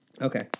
okay